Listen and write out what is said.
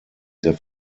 der